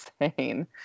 insane